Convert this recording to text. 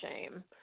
shame